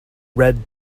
red